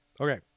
okay